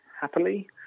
happily